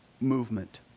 movement